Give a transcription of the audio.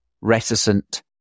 reticent